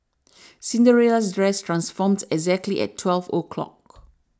Cinderella's dress transformed exactly at twelve o' clock